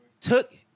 took